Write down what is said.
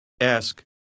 Ask